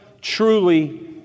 truly